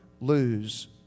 lose